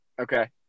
Okay